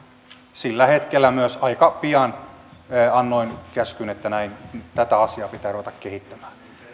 sillä hetkellä myös aika pian annoin käskyn että näin tätä asiaa pitää ruveta kehittämään